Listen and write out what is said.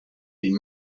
been